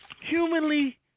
humanly